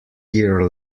gear